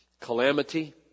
Calamity